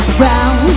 round